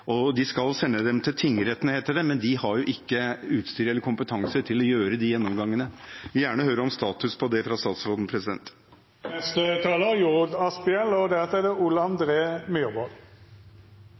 De skal sende dem til tingretten, heter det, men de har jo ikke utstyr eller kompetanse til å gjøre de gjennomgangene. Jeg vil gjerne høre om status på det fra statsråden. Jeg satt selv i justiskomiteen den gangen politireformen ble behandlet, og